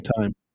time